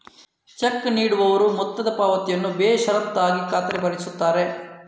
check ನೀಡುವವರು ಮೊತ್ತದ ಪಾವತಿಯನ್ನು ಬೇಷರತ್ತಾಗಿ ಖಾತರಿಪಡಿಸುತ್ತಾರೆ